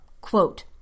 Quote